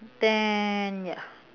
then ya